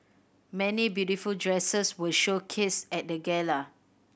many beautiful dresses were showcased at the gala